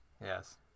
yes